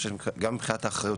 גם מבחינת האחריות,